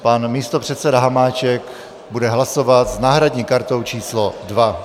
Pan místopředseda Hamáček bude hlasovat s náhradní kartou číslo 2.